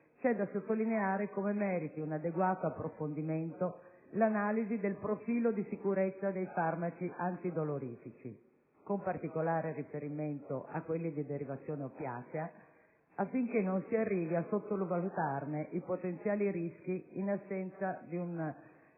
c'è da sottolineare come meriti un adeguato approfondimento l'analisi del profilo di sicurezza dei farmaci antidolorifici, con particolare riferimento a quelli di derivazione oppiacea, affinché non si arrivi a sottovalutarne i potenziali rischi in assenza di un sistema